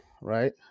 right